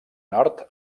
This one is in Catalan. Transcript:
nord